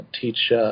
teach